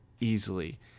easily